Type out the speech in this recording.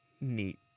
neat